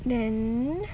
then